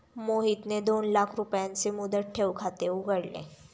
मोहितने दोन लाख रुपयांचे मुदत ठेव खाते उघडले